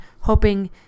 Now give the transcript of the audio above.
hoping